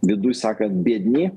vidui sakant biedni